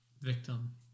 victim